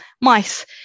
mice